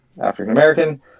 African-American